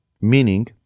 Meaning